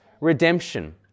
redemption